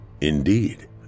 Indeed